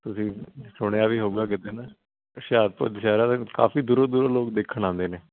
ਤੁਸੀਂ ਸੁਣਿਆ ਵੀ ਹੋਵੇਗਾ ਕਿਤੇ ਨਾ ਹੁਸ਼ਿਆਰਪੁਰ ਦੁਸਹਿਰਾ ਤਾਂ ਕਾਫ਼ੀ ਦੂਰੋਂ ਦੂਰੋਂ ਲੋਕ ਦੇਖਣ ਆਉਂਦੇ ਨੇ